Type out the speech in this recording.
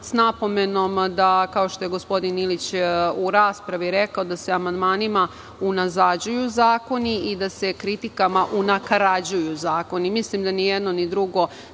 s napomenom da se, kao što je gospodin Ilić u raspravi rekao, amandmanima unazađuju zakoni i da se kritikama unakarađuju zakoni. Mislim da ni jedno ni drugo